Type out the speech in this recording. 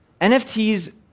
NFTs